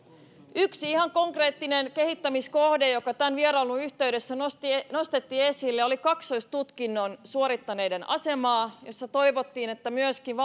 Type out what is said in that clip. yksi ihan konkreettinen kehittämiskohde joka tämän vierailun yhteydessä nostettiin esille oli kaksoistutkinnon suorittaneiden asema toivottiin että myöskin